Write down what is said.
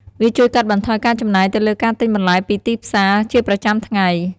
វាជួយកាត់បន្ថយការចំណាយទៅលើការទិញបន្លែពីទីផ្សារជាប្រចាំថ្ងៃ។